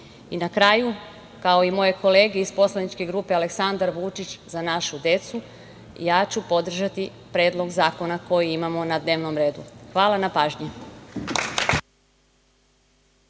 kraju, kao i moje kolege iz poslaničke grupe Aleksandar Vučić – Za našu decu, ja ću podržati predlog zakona koji imamo na dnevnom redu. Hvala na pažnji.